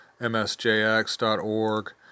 msjx.org